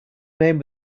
name